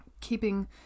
keeping